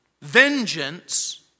vengeance